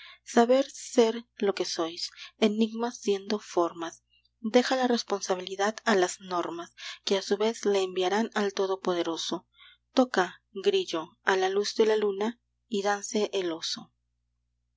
saber ser lo que sois enigmas siendo formas deja la responsabilidad a las normas que a su vez la enviarán al todopoderoso toca grillo a la luz de la luna y dance el oso xii leda el cisne en la sombra parece de nieve su pico